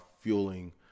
fueling